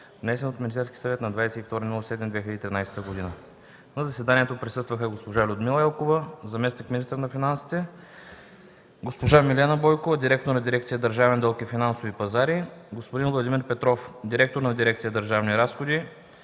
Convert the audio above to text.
внесен от Министерския съвет на 22 юли 2013 г. На заседанието присъстваха: госпожа Людмила Елкова – заместник-министър на финансите, госпожа Милена Бойкова – директор на дирекция „Държавен дълг и финансови пазари”, господин Владимир Петров – директор на дирекция „Държавни разходи”,